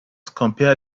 compare